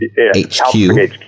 HQ